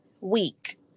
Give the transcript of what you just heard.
week